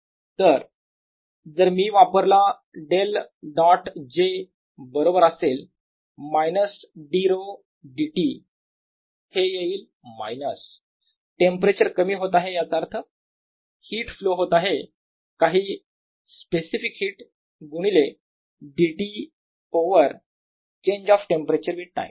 तर जर मी वापरला ▽ डॉट j बरोबर असेल मायनस d𝛒 dt हे येईल मायनस टेंपरेचर कमी होत आहे याचा अर्थ हीट फ्लो होत आहे काही स्पेसिफिक हिट गुणिले d T over change of temperature with time